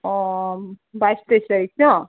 অঁ বাইছ তেইছ তাৰিখ ন